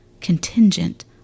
contingent